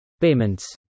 Payments